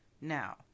now